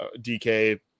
DK